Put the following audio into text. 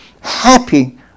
happy